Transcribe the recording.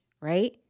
right